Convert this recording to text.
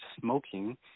smoking